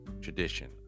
tradition